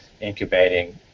incubating